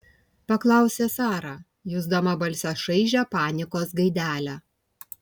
paklausė sara jusdama balse šaižią panikos gaidelę